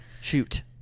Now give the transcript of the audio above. shoot